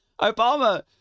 Obama